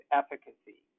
efficacy